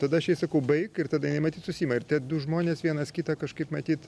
tada aš jai sakau baik ir tada jinai matyt susiima ir tie du žmonės vienas kitą kažkaip matyt